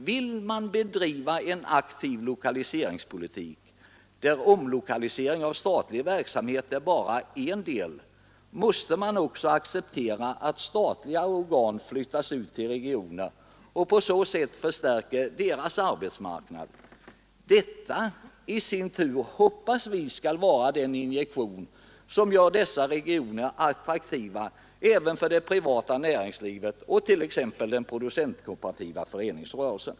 Vill man bedriva en aktiv lokaliseringspolitik, där omlokalisering av statlig verksamhet bara är en del, måste man nog också acceptera att statliga organ flyttas till andra regioner och på sätt förstärker deras arbetsmarknad. Detta i sin tur hoppas vi skall vara den injektion, som gör dessa regioner attraktiva även för det privata näringslivet och för exempelvis den producentkooperativa föreningsrörelsen.